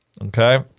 Okay